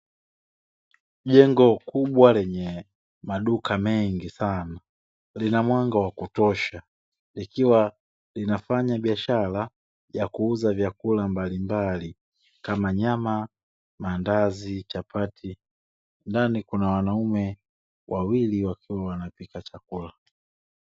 Jengo kubwa lenye maduka mengi sana lina mwanga wa kutosha. Likiwa linafanya biashara ya kuuza vyakula mbalimbali kama nyama, maandazi, chapati. Ndani kuna wanaume wawili wakiwa wanapika chakula.